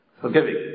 forgiving